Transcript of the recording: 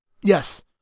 Yes